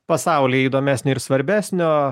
pasauly įdomesnio ir svarbesnio